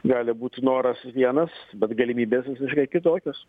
gali būti noras vienas bet galimybės visiškai kitokios